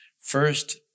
First